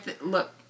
look